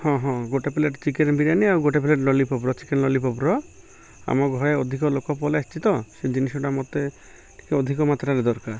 ହଁ ହଁ ଗୋଟେ ପ୍ଲେଟ୍ ଚିକେନ୍ ବିରିୟାନି ଆଉ ଗୋଟେ ପ୍ଲେଟ୍ ଲଲିପପ୍ ଚିକେନ୍ ଲଲିପପ୍ର ଆମ ଘରେ ଅଧିକ ଲୋକ ପଳେଇ ଆସିଛି ତ ସେ ଜିନିଷଟା ମତେ ଟିକେ ଅଧିକ ମାତ୍ରାରେ ଦରକାର